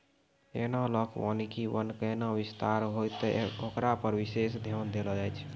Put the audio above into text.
एनालाँक वानिकी वन कैना विस्तार होतै होकरा पर विशेष ध्यान देलो जाय छै